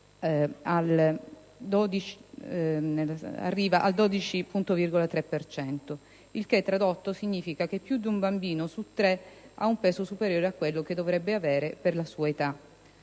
d'età arriva al 12,3 per cento. Il che, tradotto, significa che più di un bambino su tre ha un peso superiore a quello che dovrebbe avere per la sua età.